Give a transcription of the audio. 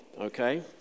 okay